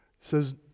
says